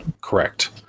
correct